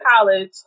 college